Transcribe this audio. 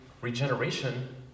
regeneration